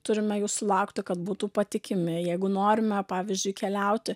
turime jų sulaukti kad būtų patikimi jeigu norime pavyzdžiui keliauti